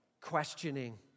questioning